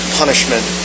punishment